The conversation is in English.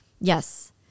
yes